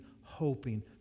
hoping